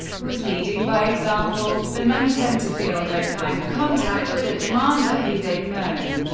was leading by example the men tend to feel no kind of contact with a commander who, they know,